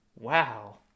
Wow